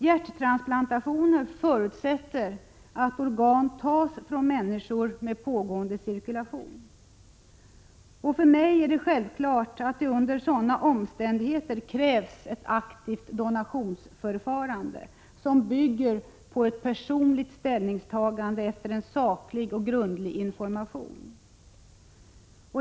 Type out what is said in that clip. Hjärttransplantationer förutsätter att organ tas från människor med pågående cirkulation. För mig är det självklart att det under sådana omständigheter krävs ett aktivt donationsförfarande, som bygger på ett personligt ställningstagande efter en saklig och grundlig information.